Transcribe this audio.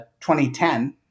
2010